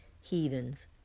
heathens